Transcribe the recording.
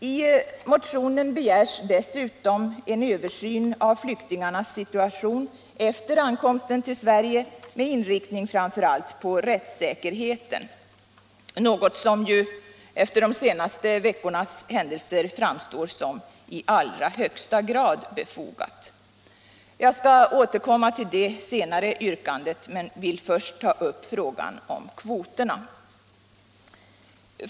I motionen begärs dessutom en översyn av flyktingarnas situation efter ankomsten till Sverige med inriktning framför allt på rättssäkerheten, något som efter de senaste veckornas händelser framstår som i allra högsta grad befogat. Jag skall återkomma till detta senare yrkande, men jag vill först ta upp frågan om kvoterna.